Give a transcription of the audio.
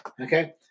Okay